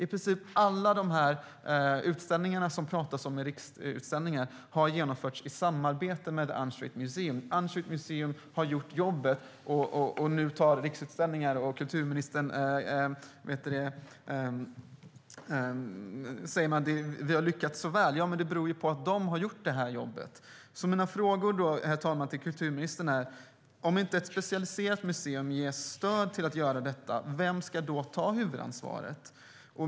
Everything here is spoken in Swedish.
I princip alla de utställningar som det talas om i Riksutställningar har genomförts i samarbete med The Unstraight Museum. De har gjort jobbet, och nu säger Riksutställningar och kulturministern: Vi har lyckats så väl. Men det beror ju på att The Unstraight Museum har gjort jobbet. Herr talman! Jag har några frågor till kulturministern. Om inte ett specialiserat museum ges stöd för att göra detta - vem ska då ta huvudansvaret?